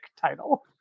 title